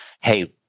Hey